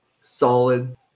Solid